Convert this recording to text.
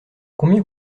combien